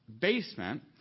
basement